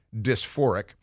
dysphoric